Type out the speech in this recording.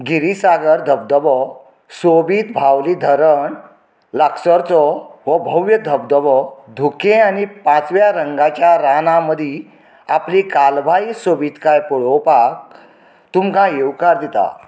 गिरिसागर धबधबो सोबीत भावली धरण लागसारचो हो भव्य धबधबो धुकें आनी पाचव्या रंगाच्या रानां मदीं आपली कालबाह्य सोबीतकाय पळोवपाक तुमकां येवकार दिता